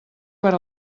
per